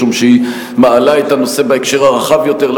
משום שהיא מעלה את הנושא בהקשר הרחב יותר,